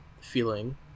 feeling